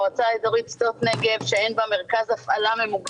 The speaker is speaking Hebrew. מועצה אזורית שדות נגב שאין בה מרכז הפעלה ממוגן.